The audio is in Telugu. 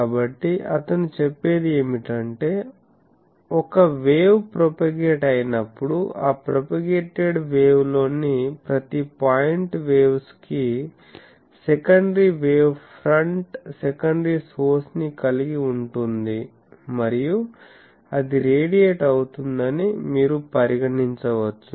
కాబట్టి అతను చెప్పేది ఏమిటంటే ఒక వేవ్ ప్రోపగేట్ అయినపుడు ఆ ప్రోపగేటేడ్ వేవ్ లోని ప్రతి పాయింట్ వేవ్స్ కు secondary wave front secondary source ని కలిగి ఉంటుంది మరియు అది రేడియేట్ అవుతుందని మీరు పరిగణించవచ్చు